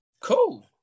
Cool